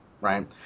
right